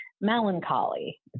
melancholy